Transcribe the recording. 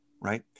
right